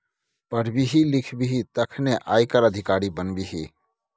पढ़बिही लिखबिही तखने न आयकर अधिकारी बनबिही